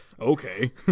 Okay